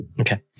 Okay